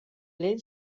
lehen